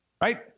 right